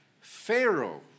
Pharaoh